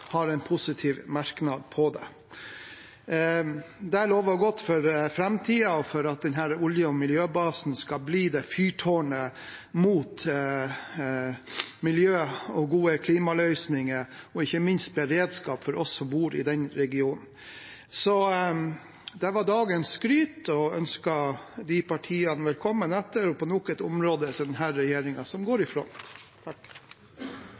har en positiv merknad om det. Det lover godt for framtiden og for at denne olje- og miljøbasen skal bli et fyrtårn for miljø og gode klimaløsninger, og ikke minst beredskap for oss som bor i den regionen. Så det var dagens skryt. Jeg ønsker de partiene velkommen etter, og på nok et område er det denne regjeringen som går